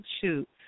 Shoot